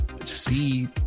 see